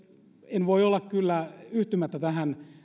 en voi olla kyllä yhtymättä